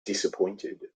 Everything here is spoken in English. disappointed